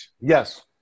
yes